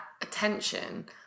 attention